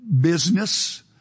business